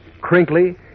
crinkly